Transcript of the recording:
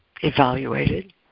evaluated